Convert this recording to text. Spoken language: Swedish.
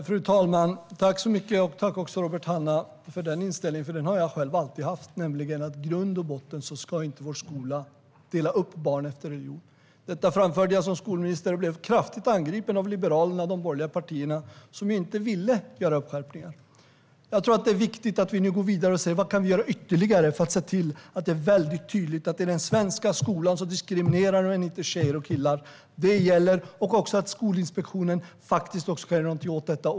Fru talman! Tack, Robert Hannah, för den inställningen! Den har jag själv alltid haft. I grund och botten ska inte vår skola dela upp barn efter religion. Detta framförde jag som skolminister, och jag blev kraftigt angripen av Liberalerna och de borgerliga partierna, som inte ville göra skärpningar. Jag tror att det är viktigt att vi nu går vidare och ser: Vad kan vi göra ytterligare för att se till att det är väldigt tydligt att man i den svenska skolan inte diskriminerar tjejer och killar - det är det som gäller. Det handlar också om att Skolinspektionen faktiskt ska kunna göra någonting åt detta.